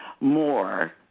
more